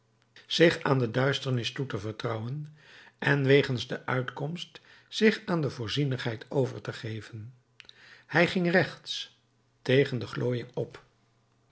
zich aan de duisternis toe te vertrouwen en wegens de uitkomst zich aan de voorzienigheid over te geven hij ging rechts tegen de glooiing op